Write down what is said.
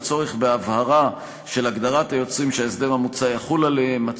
הצורך בהבהרה של הגדרת היוצרים שההסדר המוצע יחול עליהם,